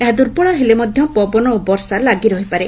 ଏହା ଦୂର୍ବଳ ହେଲେ ମଧ୍ଧ ତଥାପି ପବନ ଓ ବର୍ଷା ଲାଗି ରହିପାରେ